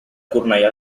cornellà